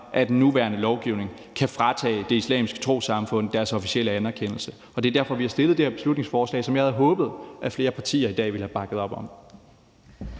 af den nuværende lovgivning kan fratage Det Islamiske Trossamfund deres officielle anerkendelse. Det er derfor, at vi har fremsat det her beslutningsforslag, som jeg havde håbet at flere partier i dag ville have bakket op om.